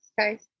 okay